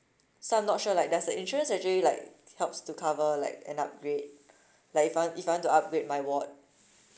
so I'm not sure like does the insurance actually like helps to cover like an upgrade like if I want if I want to upgrade my ward